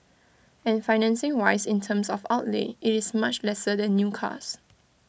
and financing wise in terms of outlay IT is much lesser than new cars